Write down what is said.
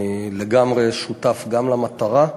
אני לגמרי שותף למטרה,